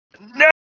No